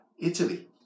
Italy